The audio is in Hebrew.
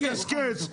לקשקש,